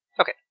Okay